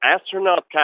Astronaut